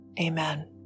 amen